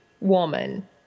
woman